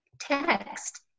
text